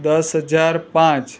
દસ હજાર પાંચ